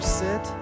sit